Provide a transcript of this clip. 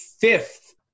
fifth